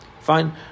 fine